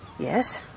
Yes